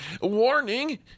Warning